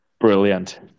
Brilliant